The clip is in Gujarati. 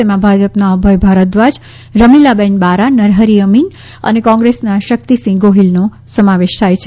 તેમાં ભાજપના અભય ભારદ્વાજ રમીલાબેન બારા અને નરહરિ અમીન અને કોંગેસના શક્તિસિંહ ગોહિલનો સમાવેશ થાય છે